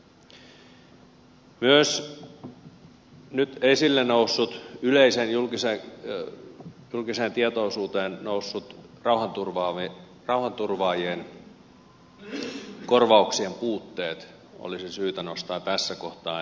myös nyt esille nousseet ja yleiseen julkiseen tietoisuuteen nousseet rauhanturvaajien korvauksien puutteet olisi syytä nostaa tässä kohtaa esille